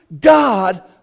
God